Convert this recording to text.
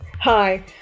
Hi